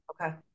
okay